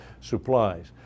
supplies